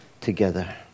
together